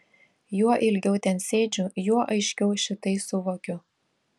juo ilgiau ten sėdžiu juo aiškiau šitai suvokiu